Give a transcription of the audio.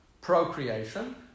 procreation